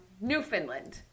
Newfoundland